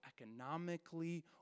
economically